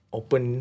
open